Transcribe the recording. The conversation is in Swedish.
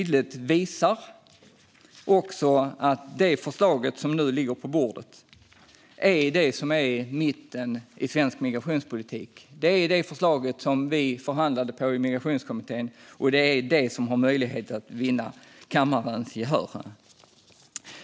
De visar tydligt att det förslag som nu ligger på bordet är det som är mitten i svensk migrationspolitik. Det är det förslag som vi förhandlade om i Migrationskommittén, och det är det som har möjlighet att vinna kammarens gehör.